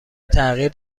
تغییر